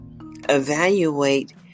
evaluate